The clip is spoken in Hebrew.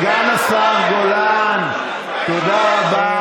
חבר הכנסת סגן השר גולן, תודה רבה.